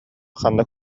ханна